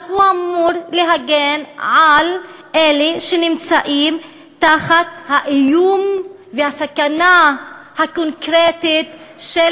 אז הוא אמור להגן על אלה שנמצאים תחת האיום והסכנה הקונקרטית של